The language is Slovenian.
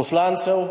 poslancev